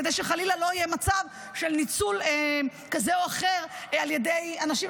כדי שחלילה לא יהיה מצב של ניצול כזה או אחר על ידי אנשים.